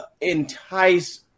entice